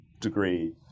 degree